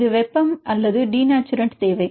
இது வெப்பம் அல்லது டினேச்சுரன்ட் தேவை